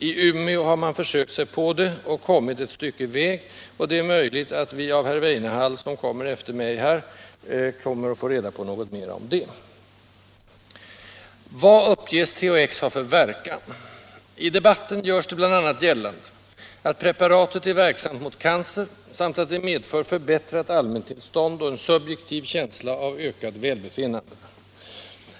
I Umeå har man försökt sig på det och kommit ett stycke på väg, och det är möjligt att vi av herr Weinehall om en stund kommer att få veta något mera om det. Vad uppges THX ha för verkan? I debatten görs det bl.a. gällande, att preparatet är verksamt mot cancer samt att det medför ett förbättrat allmäntillstånd och en subjektiv känsla av ökat välbefinnande.